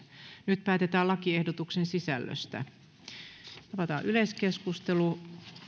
nyt päätetään lakiehdotuksen sisällöstä avataan yleiskeskustelu